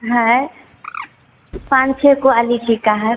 है पाँच छः क्वालिटी का है